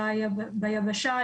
ביבשה.